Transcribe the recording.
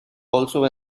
also